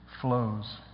flows